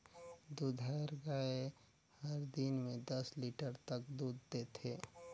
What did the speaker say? दूधाएर गाय हर दिन में दस लीटर तक दूद देथे